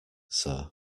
sir